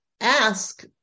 ask